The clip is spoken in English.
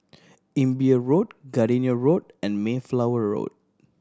Imbiah Road Gardenia Road and Mayflower Road